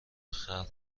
خلق